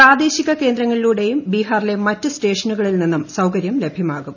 പ്രാദേശിക കേന്ദ്രങ്ങളിലൂടെയും ബിഹാറിലെ മറ്റ് സ്റ്റേഷനുകളിൽ നിന്നും സൌകര്യം ലഭ്യ്മാക്കും